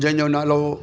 जंहिंजो नालो